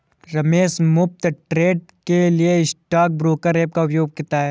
रमेश मुफ्त ट्रेड के लिए स्टॉक ब्रोकर ऐप का उपयोग करता है